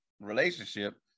relationship